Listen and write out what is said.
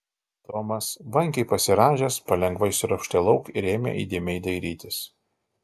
tomas vangiai pasirąžęs palengva išsiropštė lauk ir ėmė įdėmiai dairytis